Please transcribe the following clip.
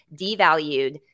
devalued